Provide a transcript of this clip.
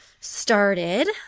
started